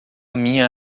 minha